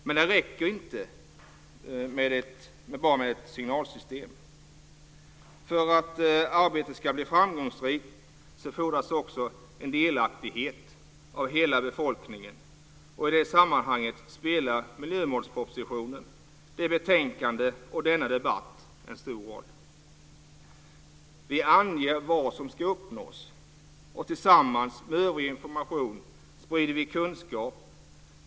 Men det räcker inte bara med ett signalsystem. För att arbetet ska bli framgångsrikt fordras också en delaktighet av hela befolkningen. I det sammanhanget spelar miljömålspropositionen, detta betänkande och denna debatt en stor roll. Vi anger vad som ska uppnås, och tillsammans med övrig information sprider vi kunskap.